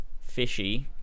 Fishy